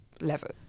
level